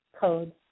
Code